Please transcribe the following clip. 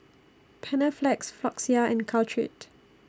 Panaflex Floxia and Caltrate